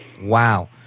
Wow